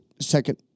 second